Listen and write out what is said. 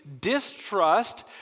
distrust